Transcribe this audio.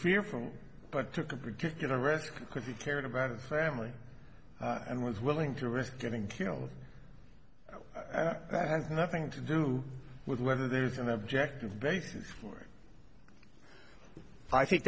fearful but took a particular restaurant because he cared about a family and was willing to risk getting killed i have nothing to do with whether there's an objective basis for i think